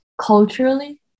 culturally